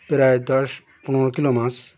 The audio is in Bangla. প্রায় দশ পনের কিলো মাছ